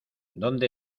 dónde